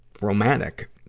romantic